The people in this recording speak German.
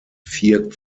vier